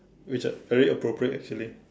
which are very proper actually